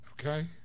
Okay